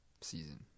season